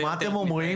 מה אתם אומרים?